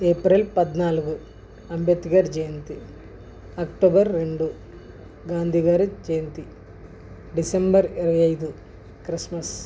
April పద్నాలుగు అంబేద్కర్ జయంతి October రెండు గాంధీ గారి జయంతి డిసెంబర్ ఇరవై ఐదు క్రిస్మస్